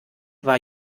war